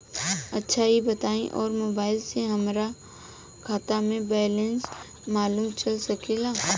अच्छा ई बताईं और मोबाइल से हमार खाता के बइलेंस मालूम चल सकेला?